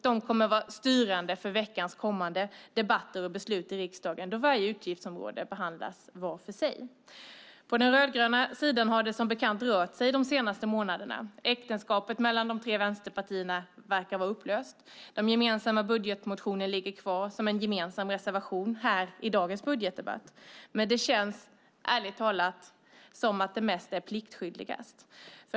De kommer att vara styrande för de kommande veckornas debatt och beslut i riksdagen då varje utgiftsområde behandlas var för sig. På den rödgröna sidan har det som bekant rört sig de senaste månaderna. Äktenskapet mellan de tre vänsterpartierna verkar vara upplöst. Den gemensamma budgetmotionen ligger kvar som en gemensam reservation här i dagens budgetdebatt. Men det känns, ärligt talat, som om det bara är pliktskyldigast.